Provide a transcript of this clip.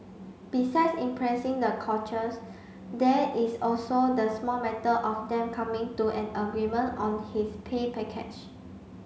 besides impressing the coaches there is also the small matter of them coming to an agreement on his pay package